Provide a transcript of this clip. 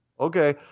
Okay